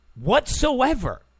whatsoever